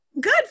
good